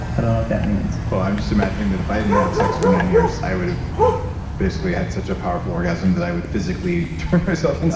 i don't know what that means. well, i'm just imagining that if i didn't have sex for nine years, i would have basically had such a powerful orgasm that i would physically turn myself of